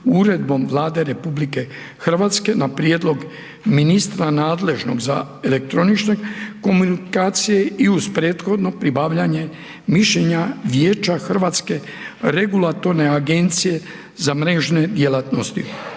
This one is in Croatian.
uredbom Vlade RH na prijedlog ministra nadležnog za elektroničke komunikacije i uz prethodno pribavljanje mišljenja Vijeća HERA-e Uredbom o mjerilima razvoja